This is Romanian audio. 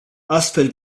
astfel